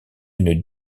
une